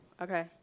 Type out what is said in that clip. Okay